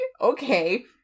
Okay